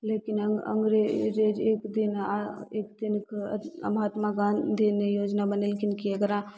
लेकिन अङ्ग्रेज एक दिन आ एक दिन महात्मा गाँधी ने योजना बनेलखिन कि एकरा